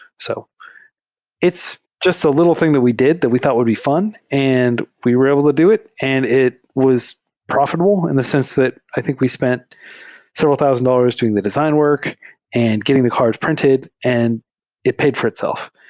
so it's jus t a little thing that we did that we thought would be fun and we were able to do it and it was profitable in the sense that i think we spent several thousand dollar doing the design work and getting the cards printed and it paid for itself.